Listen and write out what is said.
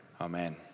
Amen